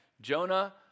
Jonah